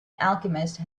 alchemist